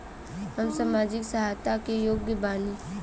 हम सामाजिक सहायता के योग्य बानी?